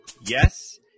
Yes